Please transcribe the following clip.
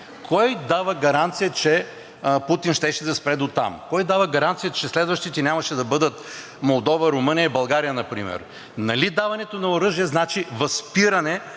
Кой дава гаранция, че Путин щеше да спре дотам? Кой дава гаранция, че следващите нямаше да бъдат Молдова, Румъния, България например? Нали даването на оръжие значи възпиране